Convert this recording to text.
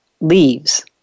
leaves